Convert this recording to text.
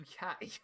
UK